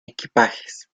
equipajes